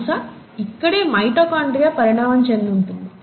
బహుశా ఇక్కడే మైటోకాండ్రియా పరిణామం చెంది ఉంటుంది